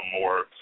more